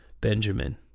Benjamin